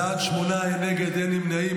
בעד, שמונה, אין נגד, אין נמנעים.